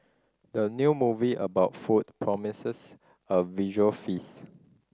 the new movie about food promises a visual feast